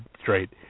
straight